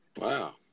Wow